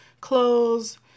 clothes